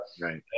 right